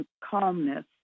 calmness